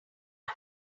one